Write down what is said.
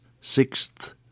sixth